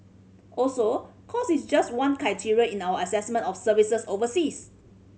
also cost is just one criteria in our assessment of services overseas